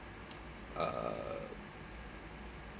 uh